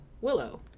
Willow